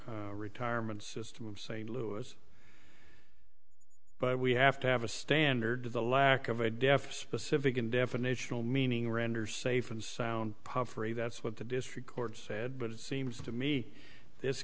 retirement system st louis but we have to have a standard to the lack of a deaf specific and definitional meaning render safe and sound puffery that's what the district court said but it seems to me this